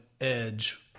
edge